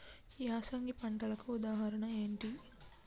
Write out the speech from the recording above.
యాసంగి పంటలకు ఉదాహరణ ఏంటి?